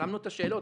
שמנו את השאלות,